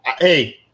Hey